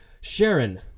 Sharon